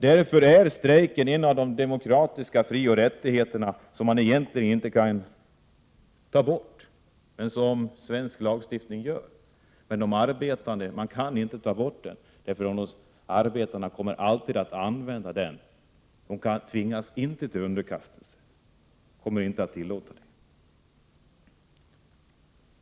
Därför är strejkrätten en av de demokratiska frioch rättigheterna som man egentligen inte kan ta bort, vilket svensk lagstiftning gör. Men man kan inte ta bort de arbetande. De kommer alltid att använda strejkrätten, de kan inte tvingas till underkastelse. De kommer inte att tillåta det.